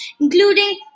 including